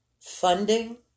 funding